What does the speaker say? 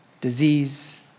disease